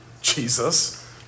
Jesus